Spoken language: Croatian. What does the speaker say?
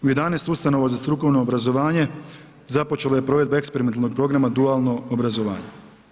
U 11 ustanova za strukovno obrazovanje, započelo je provedba eksperimentalnog programa dualno obrazovanje.